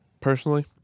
personally